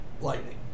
lightning